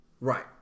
Right